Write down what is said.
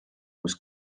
kus